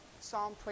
Psalm